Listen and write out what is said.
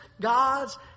God's